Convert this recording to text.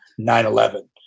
9-11